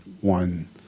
one